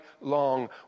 long